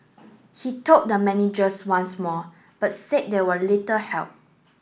he told the managers once more but said they were little help